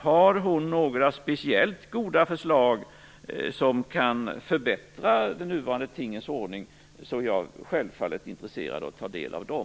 Har hon några speciellt goda förslag som kan förbättra nuvarande tingens ordning, är jag självfallet intresserad av att ta del av dem.